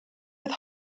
with